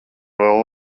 vēl